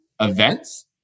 events